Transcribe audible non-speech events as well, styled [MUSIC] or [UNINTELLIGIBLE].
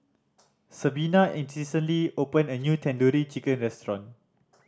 Sabina [UNINTELLIGIBLE] opened a new Tandoori Chicken Restaurant